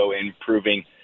improving –